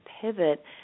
pivot